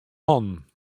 hannen